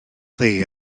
dde